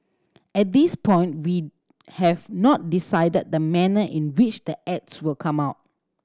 at this point we have not decided the manner in which the ads will come out